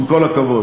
עם כל הכבוד.